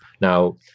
Now